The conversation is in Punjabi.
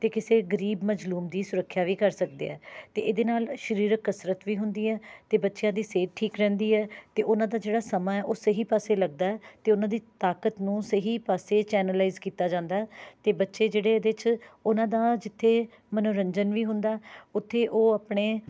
ਅਤੇ ਕਿਸੇ ਗਰੀਬ ਮਜ਼ਲੂਮ ਦੀ ਸੁਰੱਖਿਆ ਵੀ ਕਰ ਸਕਦੇ ਹੈ ਅਤੇ ਇਹਦੇ ਨਾਲ ਸਰੀਰਕ ਕਸਰਤ ਵੀ ਹੁੰਦੀ ਹੈ ਅਤੇ ਬੱਚਿਆਂ ਦੀ ਸਿਹਤ ਠੀਕ ਰਹਿੰਦੀ ਹੈ ਅਤੇ ਉਨ੍ਹਾਂ ਦਾ ਜਿਹੜਾ ਸਮਾਂ ਹੈ ਉਹ ਸਹੀ ਪਾਸੇ ਲੱਗਦਾ ਅਤੇ ਉਹਨਾਂ ਦੀ ਤਾਕਤ ਨੂੰ ਸਹੀ ਪਾਸੇ ਚੈਨੇਲਾਇਜ਼ ਕੀਤਾ ਜਾਂਦਾ ਅਤੇ ਬੱਚੇ ਜਿਹੜੇ ਉਹਦੇ 'ਚ ਉਹਨਾਂ ਦਾ ਜਿੱਥੇ ਮਨੋਰੰਜ਼ਨ ਵੀ ਹੁੰਦਾ ਉੱਥੇ ਉਹ ਆਪਣੇ